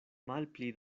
malpli